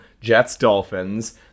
Jets-Dolphins